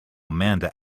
amanda